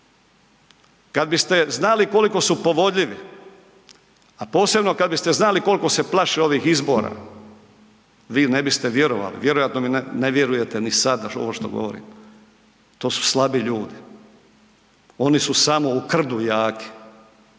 kad biste znali koliko su povodljivi, a posebno kad biste znali kolko se plaše ovih izbora, vi ne biste vjerovali, vjerojatno mi ne vjerujete ni sada ovo što govorim. To su slabi ljudi, oni su samo u krdu jaki,